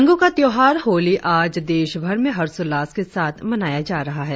रंगो का त्यौहार होली आज देश भर में हर्षोल्लास के साथ मनाया जा रहा है